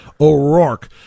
O'Rourke